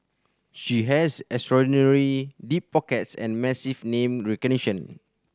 she has extraordinarily deep pockets and massive name recognition